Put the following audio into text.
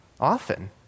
Often